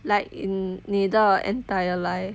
like in 你的 entire life